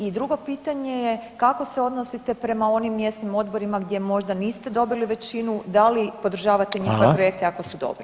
I drugo pitanje je kako se odnosite prema onim mjesnim odborima gdje možda niste dobili većinu, da li podržavate njihove projekte ako su dobri?